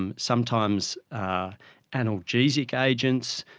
um sometimes ah analgesic agents,